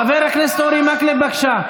חבר הכנסת אורי מקלב, בבקשה.